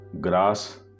grass